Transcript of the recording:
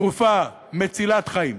תרופה מצילת חיים,